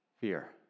Fear